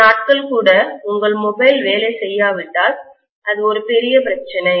சில நாட்கள் கூட உங்கள் மொபைல் வேலை செய்யாவிட்டால் அது ஒரு பெரிய பிரச்சினை